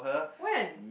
when